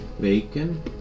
bacon